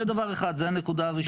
זאת הנקודה הראשונה.